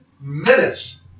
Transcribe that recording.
Minutes